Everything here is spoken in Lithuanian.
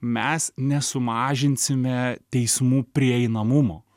mes nesumažinsime teismų prieinamumo